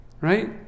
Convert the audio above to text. Right